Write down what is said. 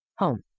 Home